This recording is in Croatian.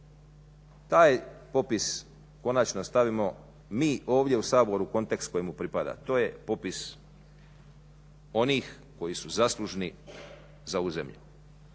taj popis konačno stavimo mi ovdje u Saboru kontekst koji mu pripada. To je popis onih koji su zaslužni za ovu zemlju